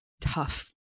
tough